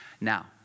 Now